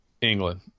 England